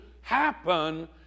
happen